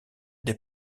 des